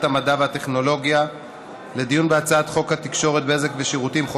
המדע והטכנולוגיה לדיון בהצעת חוק התקשורת (בזק ושידורים) (תיקון,